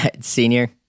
Senior